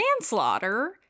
manslaughter